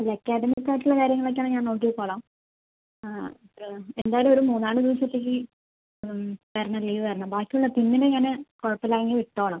അല്ല അക്കാദമിക് ആയിട്ട് ഉള്ള കാര്യങ്ങൾ ഒക്കെ ആണേൽ ഞാൻ നോക്കിക്കോളാം ആ ഇത് എന്തായാലും ഒരു മൂന്നാല് ദിവസത്തേക്ക് തരണം ലീവ് തരണം ബാക്കി ഉള്ള പിന്നീട് ഞാന് കുഴപ്പം ഇല്ല എങ്കിൽ വിട്ടോളാം